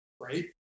right